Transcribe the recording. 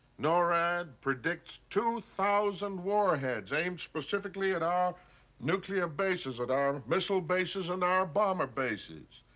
norad predicts two thousand warheads aimed specifically at our nuclear bases, at our missile bases and our bomber bases.